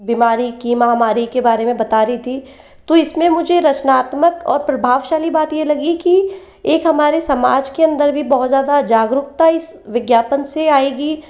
बीमारी की महामारी के बारे में बता रही थी तो इसमें मुझे रचनात्मक और प्रभावशाली बात यह लगी की एक हमारे समाज के अंदर भी बहुत ज़्यादा जागरूकता इस विज्ञापन से आएगी